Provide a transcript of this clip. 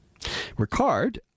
Ricard